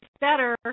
better